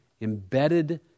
embedded